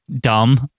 dumb